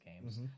games